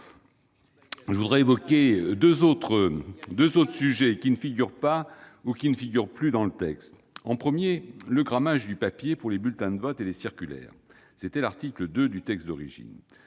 Je voudrais évoquer deux autres sujets qui ne figurent plus dans le texte. Le premier concerne le grammage du papier pour les bulletins de vote et les circulaires- c'était l'article 2 du texte d'origine.